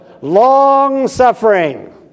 Long-suffering